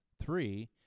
three